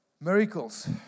Miracles